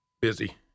Busy